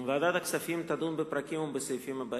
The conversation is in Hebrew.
ועדת הכספים תדון בפרקים ובסעיפים הבאים: